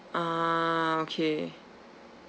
ah okay